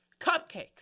Cupcakes